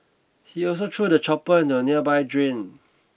he also threw the chopper into a nearby drain